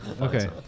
Okay